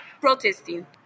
protesting